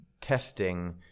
testing